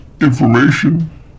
information